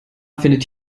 findet